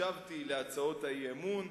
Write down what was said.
הקשבתי להצעות האי-אמון.